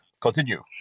Continue